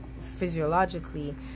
physiologically